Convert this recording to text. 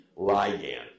ligand